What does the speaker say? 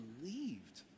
believed